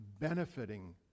benefiting